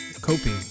Coping